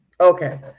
Okay